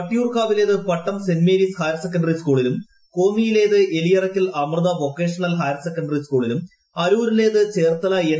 വട്ടിയൂർക്കാവിലേത് Pattom saint Mary's higher secondary സ്കൂളിലും കോന്നിയിലേത് Eliyarakkal Amrita vocational higher secondary സ്കൂളിലും അരൂരിലേത് ചേർത്തല എൻ